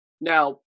Now